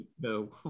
No